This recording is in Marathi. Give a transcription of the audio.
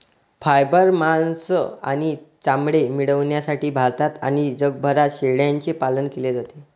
फायबर, मांस आणि चामडे मिळविण्यासाठी भारतात आणि जगभरात शेळ्यांचे पालन केले जाते